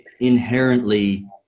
inherently